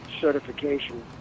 certification